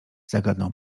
zagadnął